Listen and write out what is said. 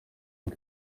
bwe